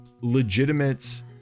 legitimate